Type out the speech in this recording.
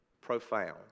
profound